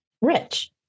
Rich